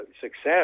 success